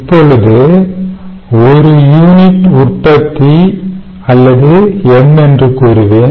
இப்பொழுது 1 யூனிட் உற்பத்தி அல்லது M என்று கூறுவேன்